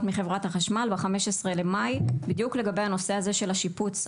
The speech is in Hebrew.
מחברת החשמל ב-15 במאי בדיוק לגבי הנושא הזה של השיפוץ,